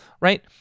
right